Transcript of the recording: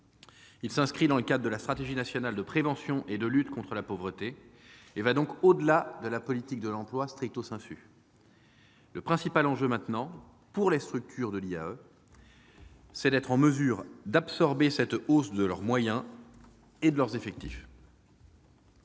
Il s'inscrit dans le cadre de la stratégie nationale de prévention et de lutte contre la pauvreté et va donc au-delà de la politique de l'emploi. Le principal enjeu, maintenant, pour les structures de l'IAE est d'être en mesure d'absorber cette hausse de leurs moyens et de leurs effectifs.